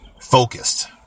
focused